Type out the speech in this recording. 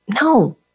No